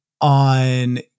on